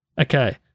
Okay